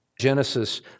Genesis